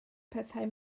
pethau